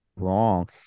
wrong